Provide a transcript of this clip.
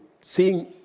seeing